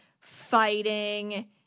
fighting